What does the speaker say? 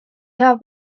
hea